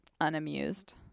unamused